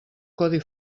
codi